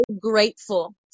grateful